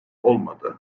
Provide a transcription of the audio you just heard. olmadı